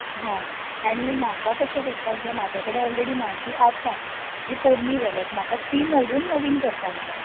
हां आनी म्हाका कशें करपाक जाय म्हाज्याक डेन ओलरेडी म्हाजीं आसात तीं पोरणी जाल्यात म्हाका तीं मोडून नवीन करपाक जाय